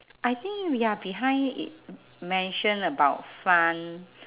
I think we are behind it mention about fun